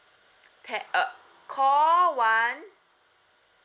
take a call one